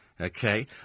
Okay